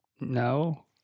No